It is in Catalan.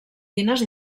fines